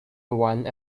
one